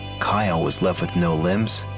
kyle was left with no limbs.